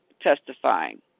testifying